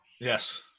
Yes